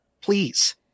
please